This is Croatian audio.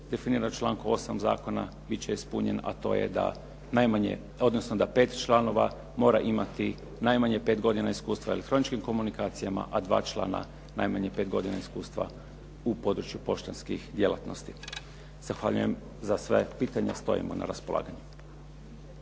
definiran člankom 8. zakona biti će ispunjen, a to je da najmanje, odnosno da 5 članova mora imati najmanje 5 godina iskustva u elektroničkim komunikacijama, a 2 člana najmanje 5 godina iskustva u području poštanskih djelatnosti. Zahvaljujem. Za sva pitanja stojimo na raspolaganju.